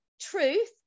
truth